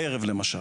בערב למשל.